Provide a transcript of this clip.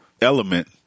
element